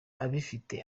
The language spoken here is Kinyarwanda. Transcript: abifite